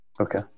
Okay